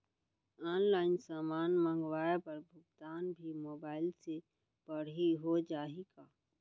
Online समान मंगवाय बर भुगतान भी मोबाइल से पड़ही हो जाही का?